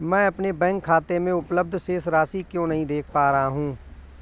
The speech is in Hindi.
मैं अपने बैंक खाते में उपलब्ध शेष राशि क्यो नहीं देख पा रहा हूँ?